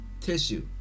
tissue